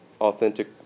authentic